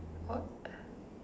what